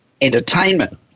entertainment